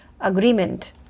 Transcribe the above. agreement